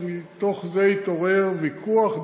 ומתוך זה התעורר ויכוח,